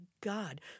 God